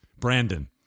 Brandon